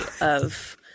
of-